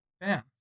Bam